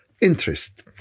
interest